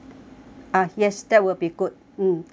ah yes that will be good mm thank you